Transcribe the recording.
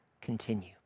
continue